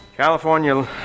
California